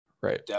right